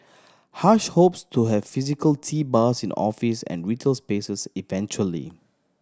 Hush hopes to have physical tea bars in offices and retail spaces eventually